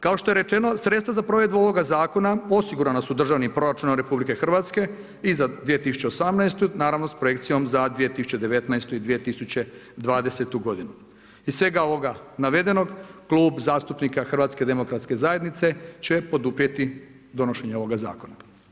Kao što je rečeno, sredstva za provedbu ovoga zakona, osigurana su državnim proračunom RH i za 2018. naravno s projekcijom za 2019. i 2020. g. Iz svega ovoga navedenog Klub zastupnika HDZ-a će poduprijeti donošenje ovoga zakona.